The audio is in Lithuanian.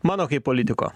mano kaip politiko